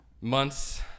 months